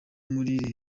muri